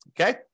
Okay